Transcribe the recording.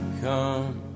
come